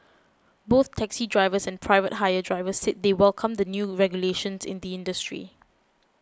both taxi drivers and private hire drivers said they welcome the new regulations in the industry